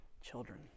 Children